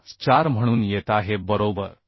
454 म्हणून येत आहे बरोबर